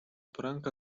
poranka